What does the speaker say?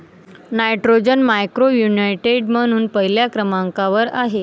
nitrogen macronutrient म्हणून पहिल्या क्रमांकावर आहे